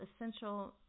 essential